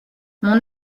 mon